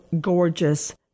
gorgeous